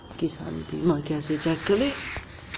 किसान बीमा कैसे चेक करें?